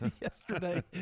yesterday